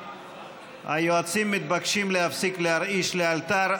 היועצים מתבקשים להפסיק להרעיש לאלתר,